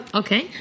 okay